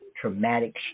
traumatic